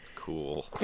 cool